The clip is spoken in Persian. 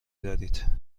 دارید